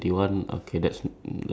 ya exactly